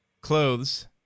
clothes